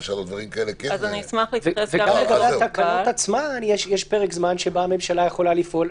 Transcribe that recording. וגם לגבי התקנות עצמן יש פרק זמן שבו הממשלה יכולה לפעול.